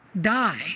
die